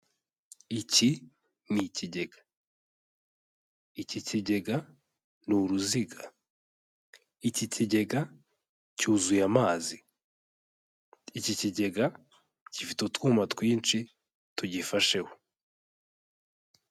Iki ni ikigega. Iki kigega ni uruziga. Iki kigega cyuzuye amazi. Iki kigega gifite utwuma twinshi tugifasheho.